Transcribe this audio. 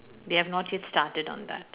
they have not yet stared on that